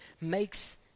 makes